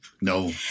No